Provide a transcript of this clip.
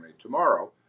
Tomorrow